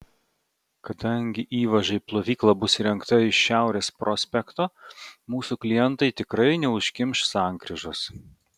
kadangi įvaža į plovyklą bus įrengta iš šiaurės prospekto mūsų klientai tikrai neužkimš sankryžos